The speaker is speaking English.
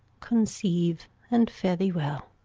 conceive, and fare thee well.